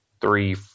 three